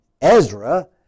Ezra